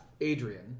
Adrian